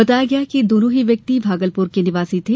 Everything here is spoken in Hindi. बताया गया कि ये दोनों ही व्यक्ति भागलपुर के निवासी थे